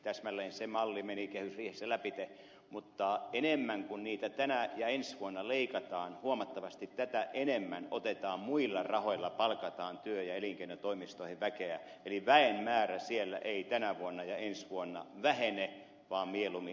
täsmälleen se malli meni kehysriihessä lävitse mutta enemmän kuin niitä tänä ja ensi vuonna leikataan huomattavasti tätä enemmän otetaan muilla rahoilla palkataan työ ja elinkeinotoimistoihin väkeä eli väen määrä siellä ei tänä vuonna ja ensi vuonna vähene vaan mieluummin